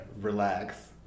relax